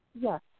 Yes